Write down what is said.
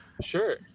Sure